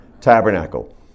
tabernacle